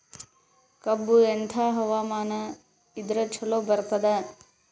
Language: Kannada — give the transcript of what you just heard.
ಕಬ್ಬು ಎಂಥಾ ಹವಾಮಾನ ಇದರ ಚಲೋ ಬರತ್ತಾದ?